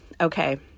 Okay